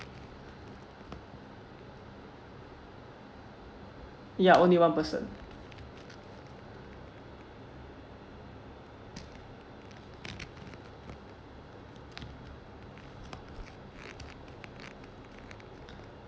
ya only one person